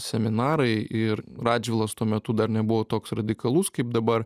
seminarai ir radžvilas tuo metu dar nebuvo toks radikalus kaip dabar